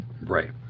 Right